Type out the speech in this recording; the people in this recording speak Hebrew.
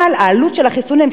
אבל העלות של החיסונים,